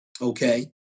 okay